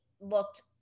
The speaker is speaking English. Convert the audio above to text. looked